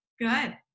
Good